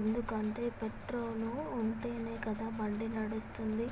ఎందుకంటే పెట్రోలు ఉంటేనే కదా బండి నడుస్తుంది